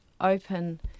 open